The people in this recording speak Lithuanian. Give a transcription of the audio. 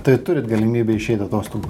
tai turit galimybę išeit atostogų